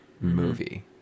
movie